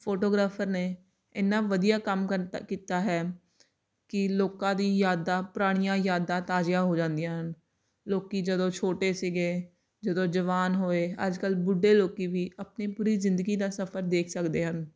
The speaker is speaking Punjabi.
ਫੋਟੋਗ੍ਰਾਫਰ ਨੇ ਇੰਨਾ ਵਧੀਆ ਕੰਮ ਕਰ ਕੀਤਾ ਹੈ ਕਿ ਲੋਕਾਂ ਦੀ ਯਾਦਾਂ ਪੁਰਾਣੀਆਂ ਯਾਦਾਂ ਤਾਜ਼ੀਆਂ ਹੋ ਜਾਂਦੀਆਂ ਹਨ ਲੋਕ ਜਦੋਂ ਛੋਟੇ ਸੀਗੇ ਜਦੋਂ ਜਵਾਨ ਹੋਏ ਅੱਜ ਕੱਲ੍ਹ ਬੁੱਢੇ ਲੋਕ ਵੀ ਆਪਣੀ ਪੂਰੀ ਜ਼ਿੰਦਗੀ ਦਾ ਸਫ਼ਰ ਦੇਖ ਸਕਦੇ ਹਨ